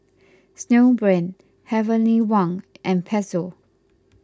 Snowbrand Heavenly Wang and Pezzo